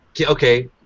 okay